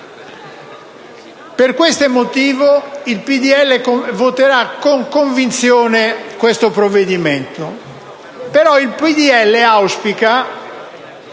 Per questo motivo il Gruppo del PdL voterà con convinzione questo provvedimento.